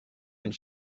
and